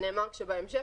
נאמר שבהמשך,